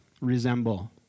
resemble